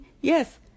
Yes